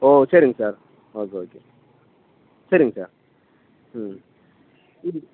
ஓ சரிங்க sir okay okay சரிங்க sir ம் ம்